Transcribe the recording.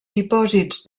dipòsits